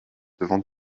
devant